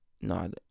No